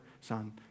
Son